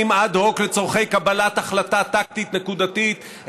אד-הוק לצורכי קבלת החלטה טקטית נקודתית,